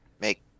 make